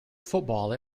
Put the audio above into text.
football